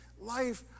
life